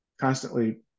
constantly